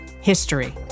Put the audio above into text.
History